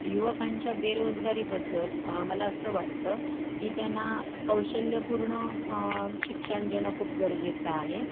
युवकांच्या बेरोजगारीबद्दल मला असं वाटतं की त्यांना कौशल्यपूर्ण शिक्षण देणं खूप गरजेचं आहे